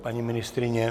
Paní ministryně?